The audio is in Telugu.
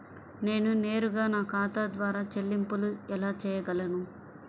నేను నేరుగా నా ఖాతా ద్వారా చెల్లింపులు ఎలా చేయగలను?